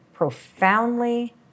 profoundly